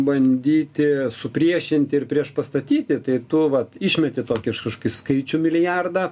bandyti supriešinti ir priešpastatyti tai tu vat išmeti tokį kažkokį skaičių milijardą